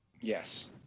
Yes